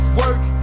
work